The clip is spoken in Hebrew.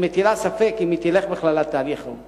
ספק אם היא תלך בכלל לתהליך הזה.